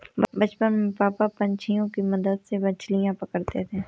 बचपन में पापा पंछियों के मदद से मछलियां पकड़ते थे